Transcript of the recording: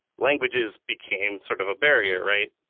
languages became sort of a barrier. right?